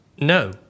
No